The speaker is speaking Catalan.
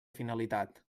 finalitat